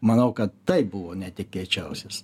manau kad tai buvo netikėčiausias